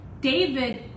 David